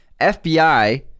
FBI